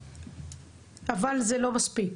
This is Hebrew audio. אבל זה לא מספיק.